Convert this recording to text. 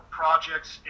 projects